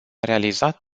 realizat